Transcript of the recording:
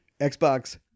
Xbox